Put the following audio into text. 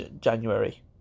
January